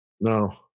No